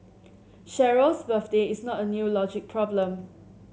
Cheryl's birthday is not a new logic problem